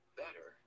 better